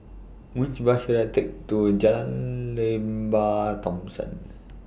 Which Bus should I Take to Jalan Lembah Thomson